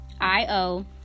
io